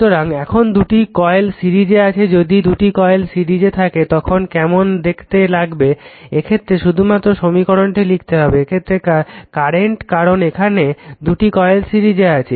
সুতরাং এখন দুটি কয়েল সিরিজে আছে যদি দুটি কয়েল সিরিজে থাকে তাহলে কেমন দেখতে লাগবে এক্ষেত্রে শুধুমাত্র সমীকরণটি লিখতে হবে এক্ষেত্রে কারেন্ট কারণ এখানে দুটি কয়েল সিরিজে আছে